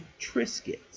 Triscuits